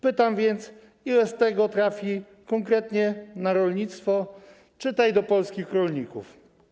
Pytam więc: Ile z tego trafi konkretnie na rolnictwo, czyli do polskich rolników?